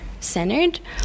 centered